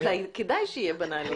כדאי שיהיה בנהלים.